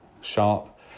sharp